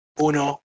Uno